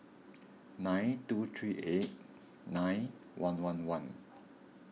nine two three eight nine one one one